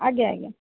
ଆଜ୍ଞା ଆଜ୍ଞା